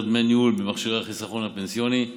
דמי ניהול במכשירי החיסכון הפנסיוני,